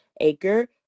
acre